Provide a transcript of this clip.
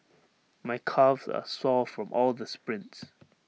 my calves are sore from all the sprints